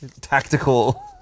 tactical